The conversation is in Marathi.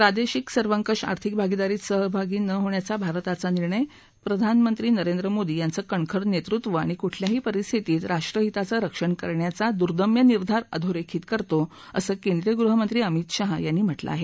प्रादेशिक सर्वंकष आर्थिक भागीदारीत सहभागी न होण्याचा भारताचा निर्णय प्रधानमंत्री नरेन्द्र मोदी यांचं कणखर नेतृत्व आणि कुठल्याही परिस्थितीत राष्ट्रहिताचं रक्षण करण्याचा दुर्दम्य निर्धार अधोरेखित करतो असं केंद्रीय गृहमंत्री अमित शाह यांनी म्हटलं आहे